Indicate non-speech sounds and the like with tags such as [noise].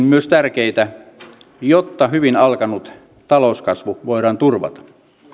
[unintelligible] myös tärkeitä jotta hyvin alkanut talouskasvu voidaan turvata